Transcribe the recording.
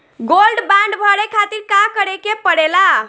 Gold bond भरे खातिर का करेके पड़ेला?